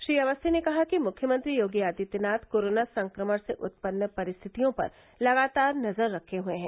श्री अवस्थी ने कहा कि मुख्यमंत्री योगी आदित्यनाथ कोरोना संक्रमण से उत्पन्न परिस्थितियों पर लगातार नजर रखे हए हैं